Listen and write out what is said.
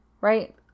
right